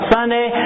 Sunday